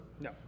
No